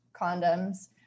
condoms